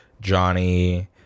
Johnny